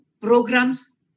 programs